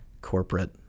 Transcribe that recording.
corporate